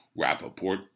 Rappaport